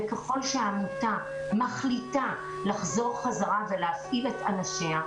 ככל שעמותה מחליטה לחזור חזרה ולהפעיל את אנשיה,